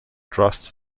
trust